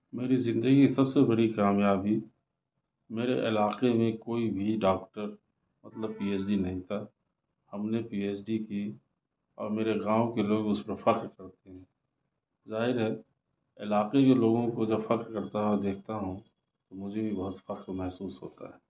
میری زندگی کی سب سے بڑی کامیابی میرے علاقے میں کوئی بھی ڈاکٹر مطلب پی ایچ ڈی نہیں تھا ہم نے پی ایچ ڈی کی اور میرے گاؤں کے لوگ اس پر فخر کرتے ہیں ظاہر ہے علاقے کے لوگوں کو جب فخر کرتا ہوا دیکھتا ہوں تو مجھے بھی بہت فخر محسوس ہوتا ہے